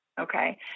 Okay